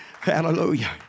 Hallelujah